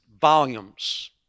volumes